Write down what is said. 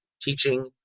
teaching